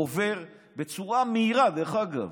עובר בצורה מהירה, דרך אגב,